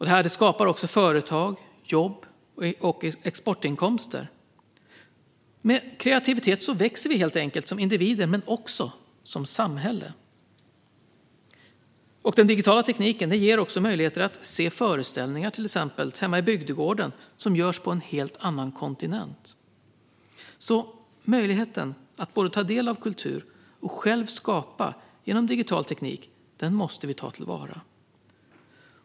Det här skapar också företag, jobb och exportinkomster. Med kreativitet växer vi helt enkelt som individer men också som samhälle. Den digitala tekniken ger också möjligheter att hemma i bygdegården till exempel se föreställningar som görs på en annan kontinent. Möjligheten att både ta del av kultur och själv skapa genom digital teknik måste vi därför ta till vara.